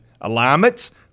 Alignments